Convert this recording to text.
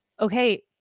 okay